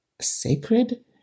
sacred